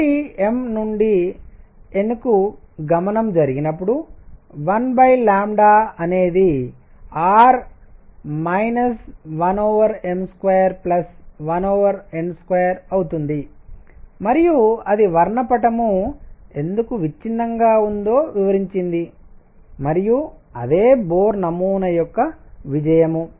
కాబట్టి m నుండి n కు గమనము జరిగినపుడు 1 అనేది R 1m21n2అవుతుంది మరియు అది వర్ణపటం ఎందుకు విచ్ఛిన్నంగా ఉందో వివరించింది మరియు అదే బోర్ నమూనా యొక్క విజయం